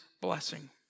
blessing